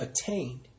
attained